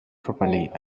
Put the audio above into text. properly